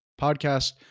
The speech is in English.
podcast